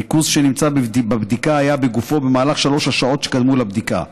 הריכוז שנמצא בבדיקה היה בגופו במהלך שלוש השעות שקדמו לבדיקה.